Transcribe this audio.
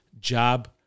job